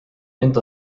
ent